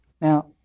Now